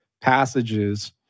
passages